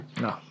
No